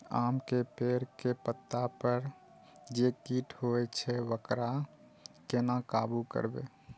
आम के पेड़ के पत्ता पर जे कीट होय छे वकरा केना काबू करबे?